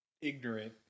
ignorant